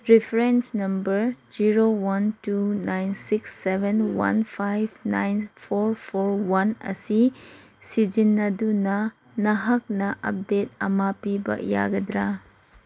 reference number zero one two nine six seven one five nine four four one ꯑꯁꯤ ꯁꯤꯖꯤꯟꯅꯗꯨꯅ ꯅꯍꯥꯛꯅ update ꯑꯃ ꯄꯤꯕ ꯌꯥꯒꯗ꯭ꯔꯥ